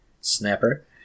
Snapper